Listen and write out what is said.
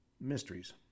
mysteries